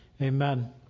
amen